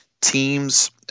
teams